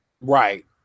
right